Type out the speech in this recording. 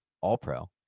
All-Pro